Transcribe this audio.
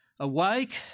Awake